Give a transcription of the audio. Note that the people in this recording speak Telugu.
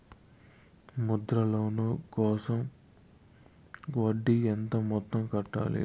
ముద్ర లోను కోసం వడ్డీ ఎంత మొత్తం కట్టాలి